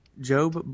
job